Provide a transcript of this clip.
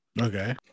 Okay